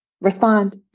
Respond